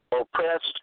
oppressed